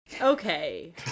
okay